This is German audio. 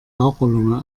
raucherlunge